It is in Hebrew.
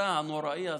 ההסתה הנוראי הזה,